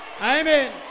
Amen